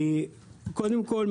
קודם כול,